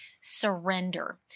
surrender